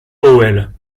powell